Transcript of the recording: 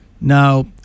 Now